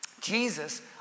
Jesus